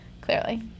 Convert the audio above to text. Clearly